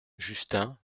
justin